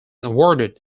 awarded